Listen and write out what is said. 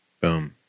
Boom